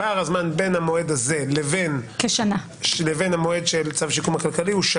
פער הזמן בין המועד הזה לבין מועד צו שיקום כלכלי הוא?